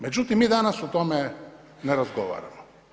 Međutim, mi danas o tome ne razgovaramo.